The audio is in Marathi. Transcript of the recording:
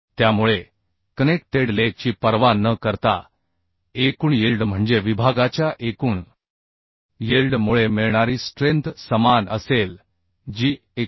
त्यामुळे कनेक्टेड लेग ची पर्वा न करता एकूण यिल्ड म्हणजे विभागाच्या एकूण यिल्ड मुळे मिळणारी स्ट्रेंथ समान असेल जी 196